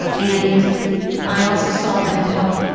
and i also saw that it helped